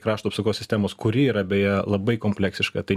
krašto apsaugos sistemos kuri yra beje labai kompleksiška tai